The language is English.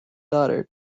daughter